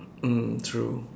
mm true